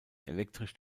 elektrisch